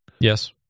Yes